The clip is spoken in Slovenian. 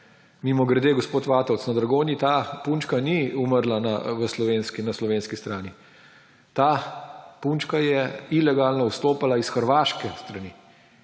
Mimogrede, gospod Vatovec, na Dragonji ta punčka ni umrla na slovenski strani. Ta punčka je ilegalno vstopala s Hrvaške strani.